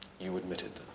you admit it